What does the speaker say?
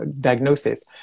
diagnosis